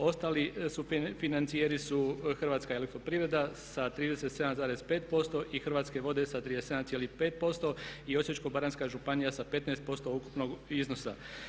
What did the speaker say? Ostali financijeri su Hrvatska elektroprivreda sa 37,5% i Hrvatske vode sa 37,5% Osječko-baranjska županija sa 15% ukupnog iznosa.